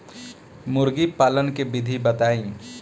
मुर्गी पालन के विधि बताई?